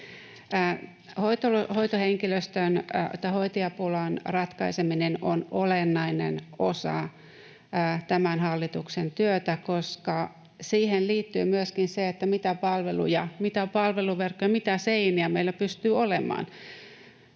Pohjoismaissa. Hoitajapulan ratkaiseminen on olennainen osa tämän hallituksen työtä, koska siihen liittyy myöskin se, mitä palveluja, mitä palveluverkkoja, mitä seiniä meillä pystyy olemaan.